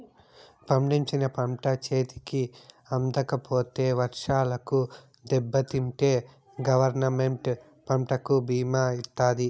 పండించిన పంట చేతికి అందకపోతే వర్షాలకు దెబ్బతింటే గవర్నమెంట్ పంటకు భీమా ఇత్తాది